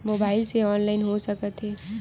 Mobile से online हो सकत हे?